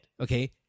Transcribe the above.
okay